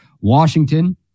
Washington